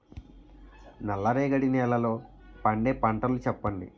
నల్ల రేగడి నెలలో పండే పంటలు చెప్పండి?